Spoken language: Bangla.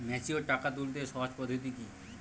ম্যাচিওর টাকা তুলতে সহজ পদ্ধতি কি?